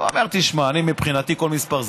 הוא אומר: תשמע, אני מבחינתי כל מספר זוכה.